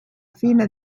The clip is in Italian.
fine